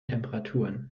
temperaturen